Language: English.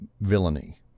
villainy